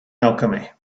alchemy